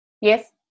Yes